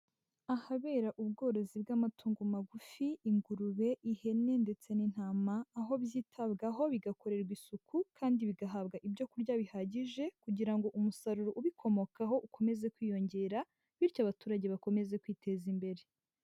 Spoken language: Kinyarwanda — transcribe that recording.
Ahabera ubworozi bw'amatungo magufi, ingurube, ihene ndetse n'intama, aho byitabwaho bigakorerwa isuku kandi bigahabwa ibyo kurya bihagije kugira ngo umusaruro ubikomokaho ukomeze kwiyongera, bityo abaturage bakomeze kwiteza imbere.